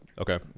Okay